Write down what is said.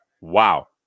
wow